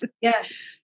Yes